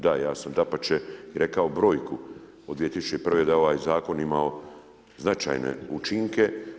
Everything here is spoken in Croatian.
Da, ja sam dapače i rekao brojku od 2001. da je ovaj zakon imao značajne učinke.